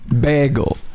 bagel